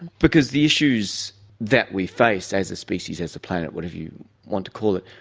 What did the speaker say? because the issues that we face as a species, as a planet, whatever you want to call it,